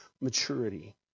maturity